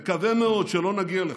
מקווה מאוד שלא נגיע לכך,